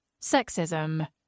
sexism